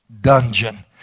dungeon